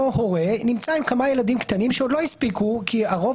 הורה נמצא עם כמה ילדים קטנים שעוד לא הספיקו להתחסן כי הרוב